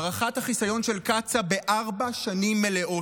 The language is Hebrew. הארכת החיסיון של קצא"א בארבע שנים מלאות,